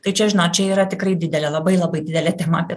tai čia žinot čia yra tikrai didelė labai labai didelė tema apie